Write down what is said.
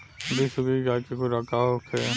बिसुखी गाय के खुराक का होखे?